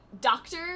doctor